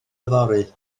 yfory